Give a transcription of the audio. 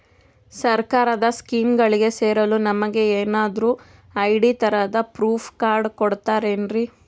ಸರ್ಕಾರದ ಸ್ಕೀಮ್ಗಳಿಗೆ ಸೇರಲು ನಮಗೆ ಏನಾದ್ರು ಐ.ಡಿ ತರಹದ ಪ್ರೂಫ್ ಕಾರ್ಡ್ ಕೊಡುತ್ತಾರೆನ್ರಿ?